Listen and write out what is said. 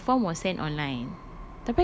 because the form was sent online